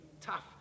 tough